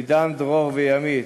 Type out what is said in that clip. עידן, דרור וימית.